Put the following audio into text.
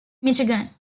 michigan